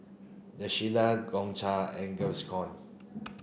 The Shilla Gongcha and Gaviscon